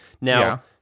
Now